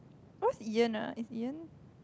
what's Ian ah is Ian